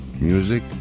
music